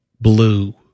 Blue